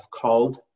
called